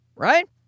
Right